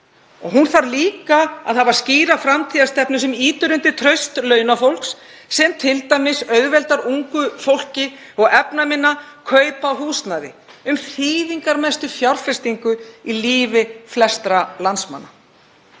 Hún þarf líka að hafa skýra framtíðarstefnu sem ýtir undir traust launafólks, sem t.d. auðveldar ungu fólki og efnaminna kaup á húsnæði, stefnu um þýðingarmestu fjárfestingu í lífi flestra landsmanna.